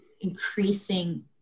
increasing